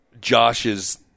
Josh's